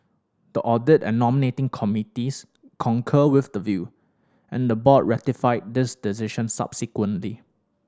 the audit and nominating committees concurred with the view and the board ratified this decision subsequently